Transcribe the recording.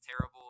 terrible